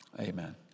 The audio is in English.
Amen